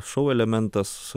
šou elementas